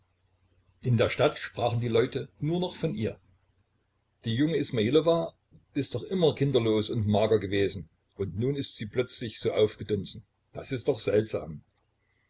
in der stadt sprachen die leute nur noch von ihr die junge ismajlowa ist doch immer kinderlos und mager gewesen und nun ist sie plötzlich so aufgedunsen das ist doch seltsam